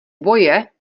boje